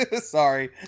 Sorry